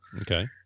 Okay